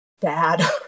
bad